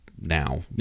now